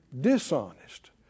Dishonest